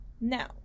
now